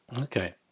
okay